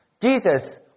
Jesus